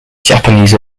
japanese